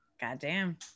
Goddamn